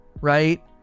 right